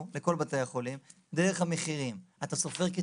לכל בתי החולים דרך המחירים כתמיכה?